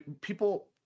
people